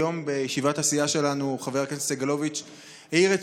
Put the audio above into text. היום בישיבת הסיעה שלנו חבר הכנסת סגלוביץ' העיר את